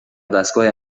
ودستگاه